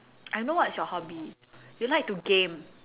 I know what's your hobby you like to game